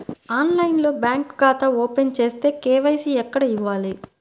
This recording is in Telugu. ఆన్లైన్లో బ్యాంకు ఖాతా ఓపెన్ చేస్తే, కే.వై.సి ఎక్కడ ఇవ్వాలి?